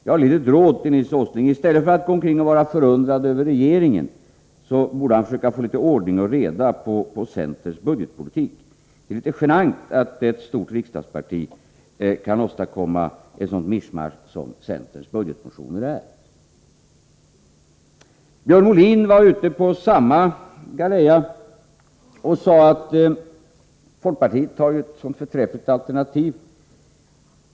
Jag har ett litet råd till Nils Åsling: I stället för att gå omkring och vara förundrad över regeringen borde han försöka få litet ordning och reda på centerns budgetpolitik. Det är litet genant att ett stort riksdagsparti kan åstadkomma ett sådant mischmasch som centerns budgetmotioner är. Björn Molin var ute på samma galeja. Han sade att folkpartiet har ett förträffligt alternativ.